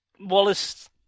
Wallace